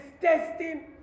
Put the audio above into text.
testing